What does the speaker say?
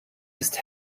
ist